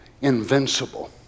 Invincible